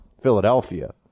Philadelphia